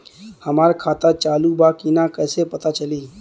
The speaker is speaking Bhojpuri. हमार खाता चालू बा कि ना कैसे पता चली?